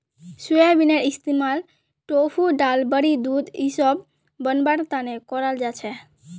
सोयाबीनेर इस्तमाल टोफू दाल बड़ी दूध इसब बनव्वार तने कराल जा छेक